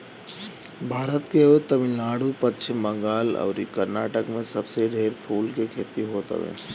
भारत के तमिलनाडु, पश्चिम बंगाल अउरी कर्नाटक में सबसे ढेर फूल के खेती होत हवे